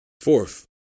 Fourth